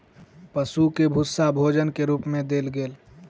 पशु के भूस्सा भोजन के रूप मे देल गेल